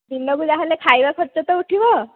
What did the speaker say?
ଦିନକୁ ଯାହା ହେଲେ ଖାଇବା ଖର୍ଚ୍ଚ ତ ଉଠିବ